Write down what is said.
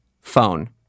phone